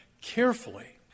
carefully